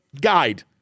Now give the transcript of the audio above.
guide